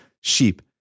sheep